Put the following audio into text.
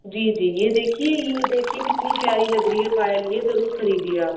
जी जी यह देखिए यह देखिये कितनी प्यारी लग रही है पायल ये ज़रूर खरीदिये आप